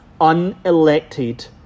unelected